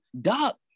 doc